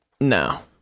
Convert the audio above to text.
no